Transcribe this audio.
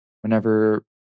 whenever